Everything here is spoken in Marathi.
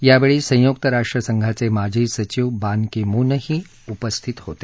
यावेळी संयुक्त राष्ट्र संघाचे माजी सचीव बान की मून ही उपस्थित होते